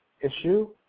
issue